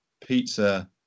pizza